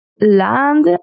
land